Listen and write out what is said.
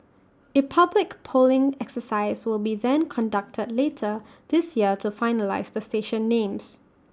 A public polling exercise will be then conducted later this year to finalise the station names